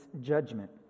judgment